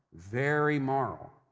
very moral.